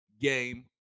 game